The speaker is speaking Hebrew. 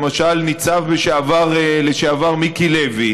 למשל ניצב לשעבר מיקי לוי,